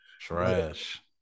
Trash